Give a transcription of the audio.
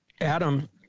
Adam